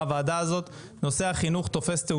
הוא גדל לשיתופי פעולה שונים.